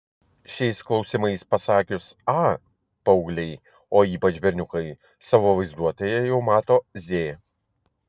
šiais klausimais pasakius a paaugliai o ypač berniukai savo vaizduotėje jau mato z